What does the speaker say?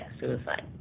suicide